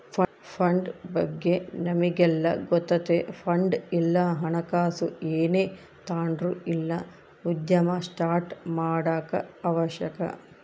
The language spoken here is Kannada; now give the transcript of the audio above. ಫಂಡ್ ಬಗ್ಗೆ ನಮಿಗೆಲ್ಲ ಗೊತ್ತತೆ ಫಂಡ್ ಇಲ್ಲ ಹಣಕಾಸು ಏನೇ ತಾಂಡ್ರು ಇಲ್ಲ ಉದ್ಯಮ ಸ್ಟಾರ್ಟ್ ಮಾಡಾಕ ಅವಶ್ಯಕ